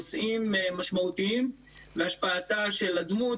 נושאים משמעותיים והשפעה של הדמות,